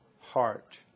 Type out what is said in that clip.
heart